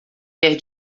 quer